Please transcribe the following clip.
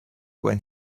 when